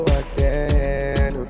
again